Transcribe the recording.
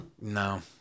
No